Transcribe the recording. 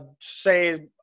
say